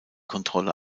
kontrolle